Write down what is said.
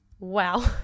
Wow